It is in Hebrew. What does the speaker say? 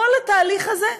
מכל התהליך הזה,